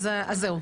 אז זהו,